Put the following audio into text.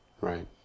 Right